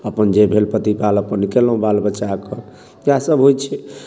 अपन जे भेल अपन प्रतिपाल केलहुँ अपन बच्चाके इएहसभ होइ छै